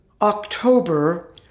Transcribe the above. October